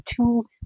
two